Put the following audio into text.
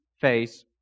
face